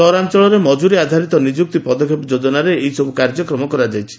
ସହରାଞଳରେ ମକୁରି ଆଧାରିତ ନିଯୁକ୍ତି ପଦକ୍ଷେପ ଯୋଜନାରେ ଏହିସବୁ କାର୍ଯ୍ୟକ୍ରମ କରାଯାଇଛି